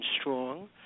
strong